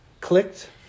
clicked